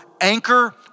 anchor